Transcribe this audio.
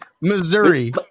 Missouri